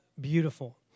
Beautiful